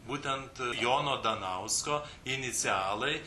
būtent jono danausko inicialai